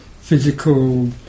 physical